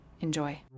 Enjoy